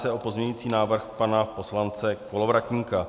Jedná se o pozměňující návrh pana poslance Kolovratníka.